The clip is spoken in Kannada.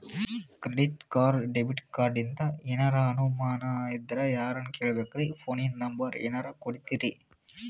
ಕ್ರೆಡಿಟ್ ಕಾರ್ಡ, ಡೆಬಿಟ ಕಾರ್ಡಿಂದ ಏನರ ಅನಮಾನ ಇದ್ರ ಯಾರನ್ ಕೇಳಬೇಕ್ರೀ, ಫೋನಿನ ನಂಬರ ಏನರ ಕೊಡ್ತೀರಿ?